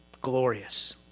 glorious